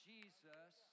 Jesus